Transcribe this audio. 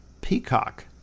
Peacock